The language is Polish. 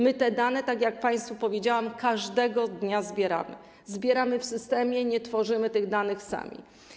My te dane, tak jak państwu powiedziałam, każdego dnia zbieramy, zbieramy je w systemie, nie tworzymy tych danych sami.